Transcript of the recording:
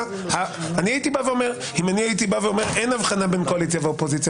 אם אני הייתי אומר שאין הבחנה בין קואליציה ואופוזיציה